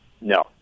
No